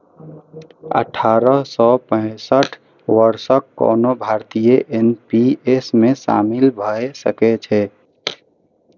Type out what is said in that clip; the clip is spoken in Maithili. अठारह सं पैंसठ वर्षक कोनो भारतीय एन.पी.एस मे शामिल भए सकै छै